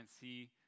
see